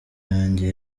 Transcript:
yanjye